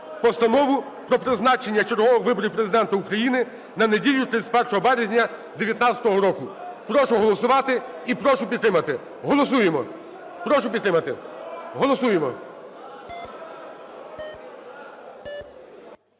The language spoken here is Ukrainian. Постанову про призначення чергових виборів Президента України на неділю 31 березня 19-го року. Прошу голосувати і прошу підтримати. Голосуємо. Прошу підтримати. Голосуємо.